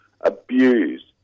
abused